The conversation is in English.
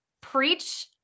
preach